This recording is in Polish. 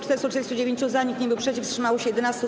439 - za, nikt nie był przeciw, wstrzymało się 11.